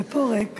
ופה ריק.